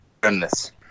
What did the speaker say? goodness